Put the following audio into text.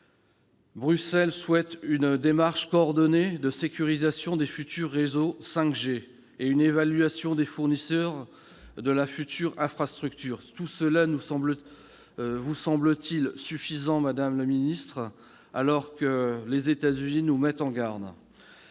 Bruxelles souhaite « une démarche coordonnée de sécurisation des futurs réseaux 5G et " une évaluation " des fournisseurs de la future infrastructure ». Tout cela vous semble-t-il suffisant, madame la secrétaire d'État, alors que les États-Unis nous mettent en garde ?